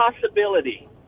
possibility